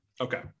Okay